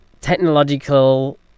technological